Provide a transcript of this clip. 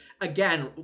again